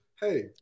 Hey